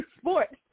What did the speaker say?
sports